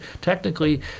technically